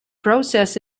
process